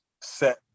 set